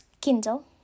Kindle